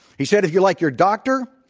he said if you like your doctor,